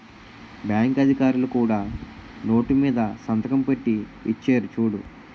bank అధికారులు కూడా note మీద సంతకం పెట్టి ఇచ్చేరు చూడు